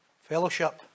Fellowship